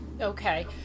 Okay